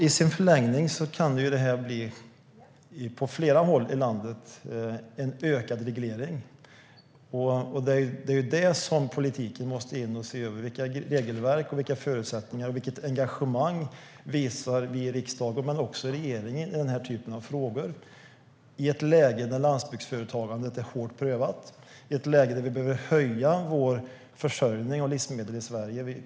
I förlängningen kan det på flera håll i landet bli en ökad reglering. Det är det som politiken måste in och se över. Vilka regelverk, vilka förutsättningar och vilket engagemang visar riksdagen men också regeringen i den här typen av frågor i ett läge när landsbygdföretagandet, i ett läge där vi behöver höja vår försörjning av livsmedel i Sverige?